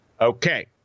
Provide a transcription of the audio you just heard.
Okay